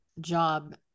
job